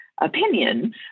opinion